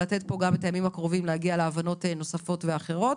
כדי לנסות בימים הקרובים להגיע להבנות נוספות ואחרות,